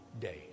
day